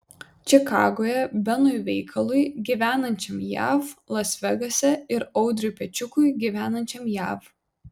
čikagoje benui veikalui gyvenančiam jav las vegase ir audriui pečiukui gyvenančiam jav